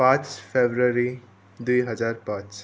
पाँच फरवरी दुइ हजार पाँच